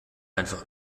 einfach